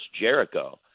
Jericho